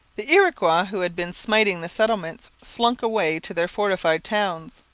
the iroquois who had been smiting the settlements slunk away to their fortified towns.